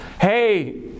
hey